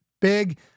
big